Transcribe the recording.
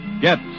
get